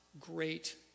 great